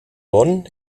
bonn